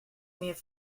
mear